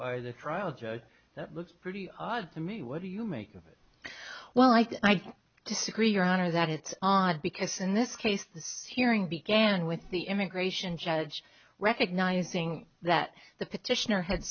by the trial judge that looks pretty odd to me what do you make of it well i disagree your honor that it's on because in this case this hearing began with the immigration judge recognizing that the petitioner had